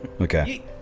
Okay